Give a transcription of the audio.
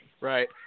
right